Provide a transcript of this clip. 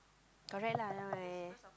correct lah that one I